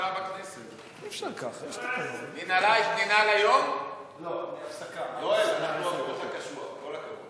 ונתחדשה בשעה 17:01.) אני מחדש את ישיבת הכנסת,